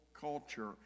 culture